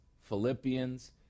Philippians